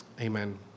amen